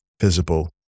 visible